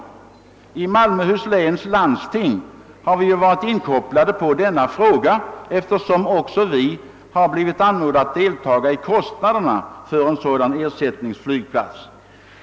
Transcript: Vi har i Malmöhus läns landsting varit inkopplade på denna fråga, eftersom också vi blivit anmodade att delta i finansieringen av en sådan ersättningsflygplats.